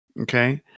Okay